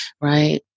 right